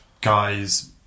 guys